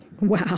Wow